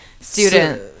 student